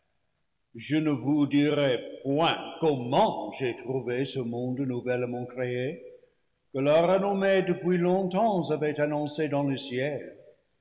je ne vous dirai point comment j'ai trouvé ce monde nou vellement créé que la renommée depuis longtemps avait annoncé dans le ciel